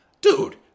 dude